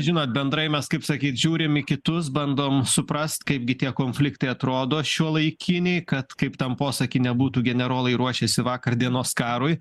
žinot bendrai mes kaip sakyt žiūrim į kitus bandom suprast kaipgi tie konfliktai atrodo šiuolaikiniai kad kaip tam posaky nebūtų generolai ruošiasi vakar dienos karui